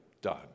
done